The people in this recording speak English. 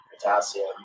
potassium